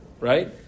Right